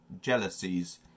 jealousies